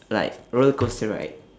like rollercoaster right